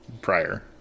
prior